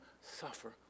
suffer